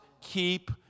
keep